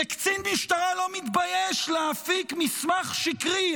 וקצין משטרה לא מתבייש להפיק מסמך שקרי,